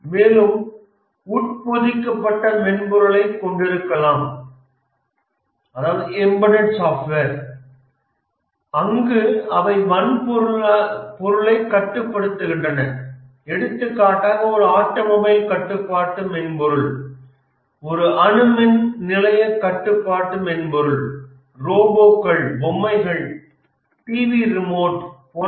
மேலும் உட்பொதிக்கப்பட்ட மென்பொருளைக் கொண்டிருக்கலாம் அங்கு அவை வன்பொருளைக் கட்டுப்படுத்துகின்றன எடுத்துக்காட்டாக ஒரு ஆட்டோமொபைல் கட்டுப்பாட்டு மென்பொருள் ஒரு அணு மின் நிலைய கட்டுப்பாட்டு மென்பொருள் ரோபோக்கள் பொம்மைகள் டிவி ரிமோட் போன்றவை